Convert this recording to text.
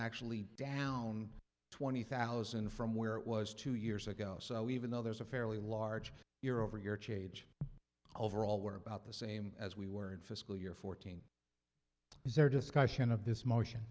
actually down twenty thousand from where it was two years ago so even though there's a fairly large year over year change overall were about the same as we were in fiscal year fourteen is there discussion of this motion